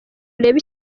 urebe